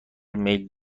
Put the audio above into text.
میل